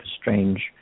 strange